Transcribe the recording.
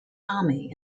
army